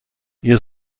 ihr